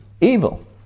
Evil